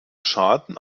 schaden